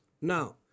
now